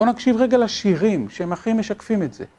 בוא נקשיב רגע לשירים שהם הכי משקפים את זה.